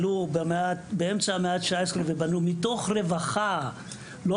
עלו באמצע המאה ה-19 ובנו מתוך רווחה; לא